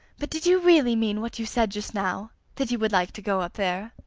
but did you really mean what you said just now that you would like to go up there?